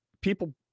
people